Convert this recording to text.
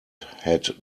had